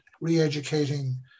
re-educating